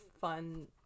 fun